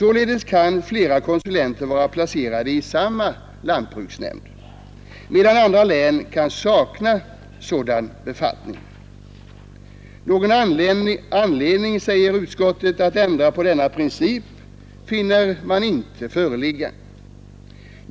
Flera konsulenter kan sålunda vara placerade vid en och samma lantbruksnämnd medan i några län lantbruksnämnden kan sakna sådan befattning, ———. Någon anledning att ändra på denna princip finner utskottet inte föreligga.